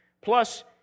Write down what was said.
Plus